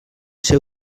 ser